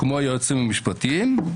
כמו היועצים המשפטיים,